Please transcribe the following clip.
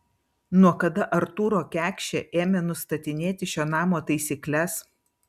nuo kada artūro kekšė ėmė nustatinėti šio namo taisykles